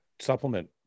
supplement